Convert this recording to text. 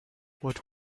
what